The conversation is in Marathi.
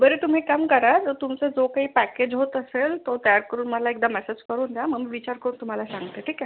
बरं तुम्ही एक काम करा तुमचा जो काही पॅकेज होत असेल तो तयार करून मला एकदा मेसेज करून द्या मग विचार करून तुम्हाला सांगते ठीक आहे